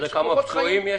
אתה יודע כמה פצועים יש?